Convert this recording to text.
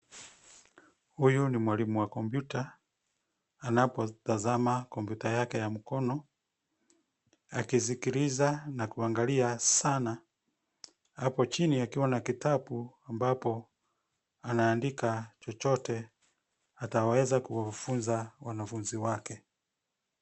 Huyu ni mwalimu wa kompyuta anapotazama kompyuta yake ya mkono akiskiliza na kuangalia sana hapo chini akiwa na kitabu ambapo anaandika chochote ataweza kufunza wanafunzi wake.